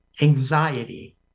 anxiety